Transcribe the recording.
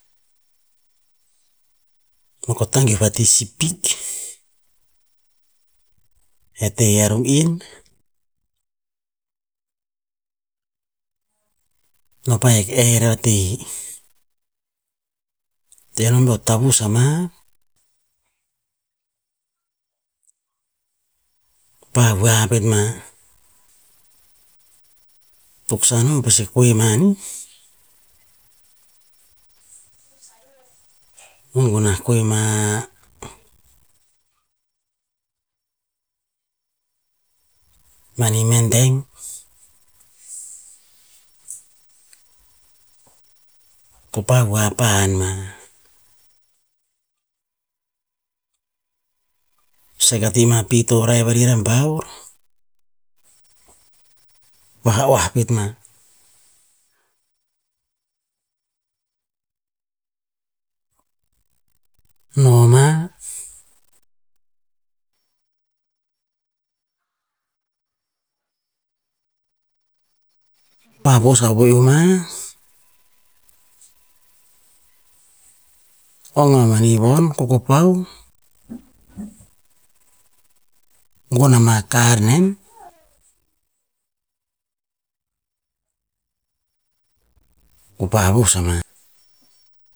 No ko tangiuh vati sepik, e te hea ru'in, no pa hek er atehe. Tea nom beo tavus ama, pah voa bet mah, toksan no pase koeh ma nih, gugu nah koe ma mani madang, kop oah pahan ma. Sek ati mah a pih torai vari rabaul, pah oah pet ma. Noma, kova vos avoi oma, ong amani vohn kokopau, gonn ama kar nen, ko pah vus ama.